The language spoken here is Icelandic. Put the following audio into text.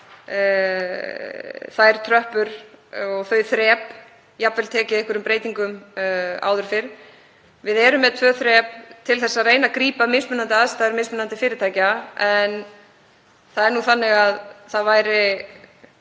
hafa þær tröppur, þau þrep, jafnvel tekið einhverjum breytingum áður fyrr. Við erum með tvö þrep til að reyna að grípa mismunandi aðstæður mismunandi fyrirtækja, en það er nú þannig að það væri